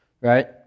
right